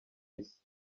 isi